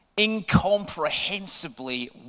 incomprehensibly